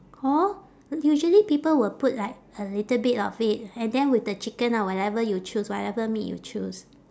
hor usually people will put like a little bit of it and then with the chicken or whatever you choose whatever meat you choose